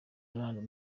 brand